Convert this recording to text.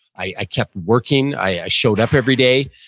i kept working. i showed up every day.